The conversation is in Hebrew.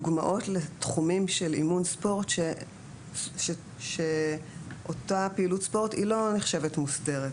תתנו דוגמאות לתחומים של פעילות ספורט שלא נחשבת מוסדרת.